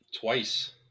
Twice